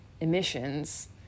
emissions